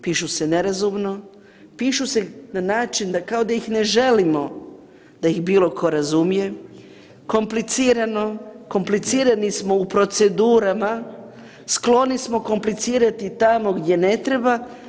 Pišu se nerazumno, pišu se na način kao da ih ne želimo da ih bilo tko razumije, komplicirano, komplicirani smo u procedurama, skloni smo komplicirati tamo gdje ne treba.